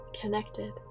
Connected